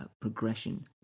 progression